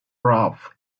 ralph